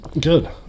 good